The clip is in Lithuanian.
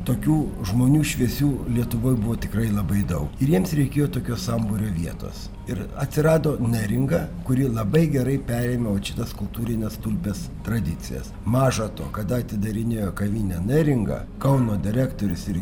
tokių žmonių šviesių lietuvoj buvo tikrai labai daug ir jiems reikėjo tokio sambūrio vietos ir atsirado neringa kuri labai gerai perėmė vat šitas kultūrines tulpės tradicijas maža to kada atidarinėjo kavinę neringa kauno direktorius irgi